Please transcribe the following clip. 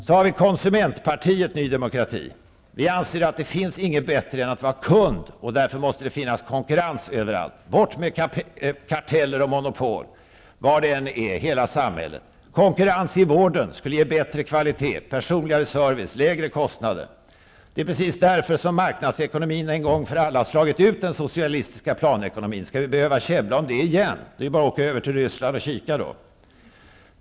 Så har vi konsumentpartiet Ny demokrati. Vi anser att det finns inget bättre än att vara kund. Därför måste det finnas konkurrens överallt. Bort med karteller och monopol, var de än finns i hela samhället. Konkurrens i vården skall ge bättre kvalitet, mer personlig service och lägre kostnader. Det är precis därför som marknadsekonomin en gång för alla slagit ut den socialistiska planekonomin. Skall vi behöva käbbla om det igen? Det är bara att åka över och kika på Ryssland.